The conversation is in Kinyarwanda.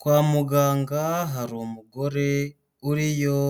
Kwa muganga hari umugore uriyo